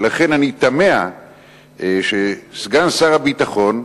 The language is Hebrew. ולכן אני תמה שסגן שר הביטחון,